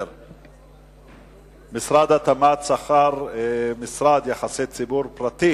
1807 ו-1817: משרד התמ"ת שכר משרד יחסי ציבור פרטי